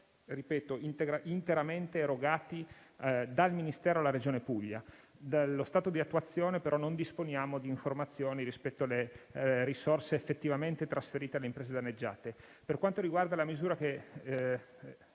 ripeto, interamente - erogati dal Ministero alla Regione Puglia. Quanto allo stato di attuazione, però, non disponiamo di informazioni rispetto alle risorse effettivamente trasferite alle imprese danneggiate. Per quanto riguarda la misura che